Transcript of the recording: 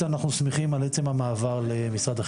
בנוסף,